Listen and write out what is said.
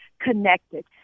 connected